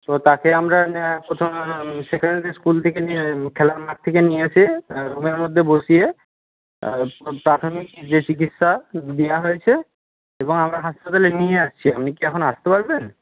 তো তাকে আমরা না প্রথম সেখানে যে স্কুল থেকে নিয়ে খেলার মাঠ থেকে নিয়ে এসে ঘরের মধ্যে বসিয়ে ওর প্রাথমিক যে চিকিৎসা দেওয়া হয়েছে এবং আমরা হাসপাতালে নিয়ে যাচ্ছি আপনি কি এখন আসতে পারবেন